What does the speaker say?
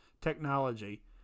technology